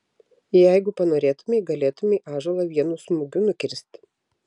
jeigu panorėtumei galėtumei ąžuolą vienu smūgiu nukirsti